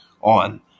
on